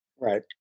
Right